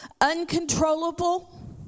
uncontrollable